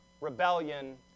rebellion